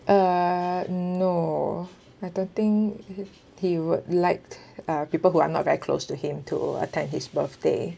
uh no I don't think he would like uh people who are not very close to him to attend his birthday